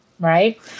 Right